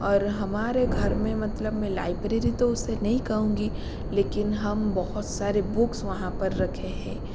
और हमारे घर में मतलब में लाइब्रेरी तो उसे नहीं कहूंगी लेकिन हम बहुत सारे बुक्स वहाँ पर रखे हैं